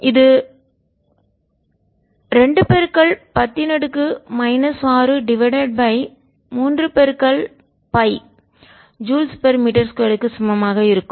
இது 210மைனஸ் 6 divided by 3 pi ஜூல்ஸ்மீட்டர்2 க்கு சமமாக இருக்கும்